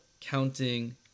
counting